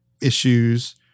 issues